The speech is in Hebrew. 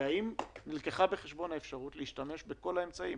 והאם נלקחה בחשבון האפשרות להשתמש בכל האמצעים